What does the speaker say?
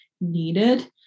needed